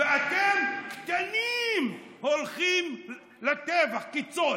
ואתם, קטנים, הולכים לטבח כצאן.